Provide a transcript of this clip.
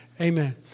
Amen